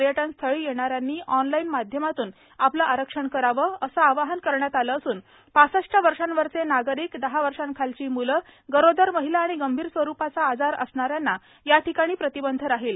पर्यटनस्थळी येणाऱ्यांनी ऑनलाईन माध्यमातून आपलं आरक्षण करावं असं आवाहन करण्यात आलं असून पासष्ट वर्षावरचे नागरिक दहा वर्षाखालची मूलं गरोदर महिला आणि गंभीर स्वरूपाचा आजार असणाऱ्यांना या ठिकाणी प्रतिबंध राहील